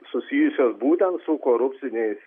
susijusios būtent su korupciniais